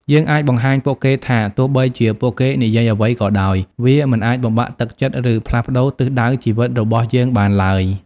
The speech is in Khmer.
យើងអាចបង្ហាញពួកគេថា ទោះបីជាពួកគេនិយាយអ្វីក៏ដោយ វាមិនអាចបំបាក់ទឹកចិត្ត ឬផ្លាស់ប្តូរទិសដៅជីវិតរបស់យើងបានឡើយ។